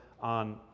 on